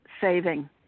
saving